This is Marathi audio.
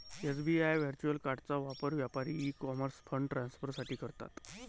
एस.बी.आय व्हर्च्युअल कार्डचा वापर व्यापारी ई कॉमर्स फंड ट्रान्सफर साठी करतात